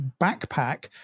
backpack